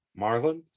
Marlon